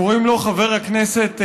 קוראים לו חבר הכנסת ליצמן,